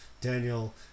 Daniel